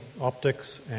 optics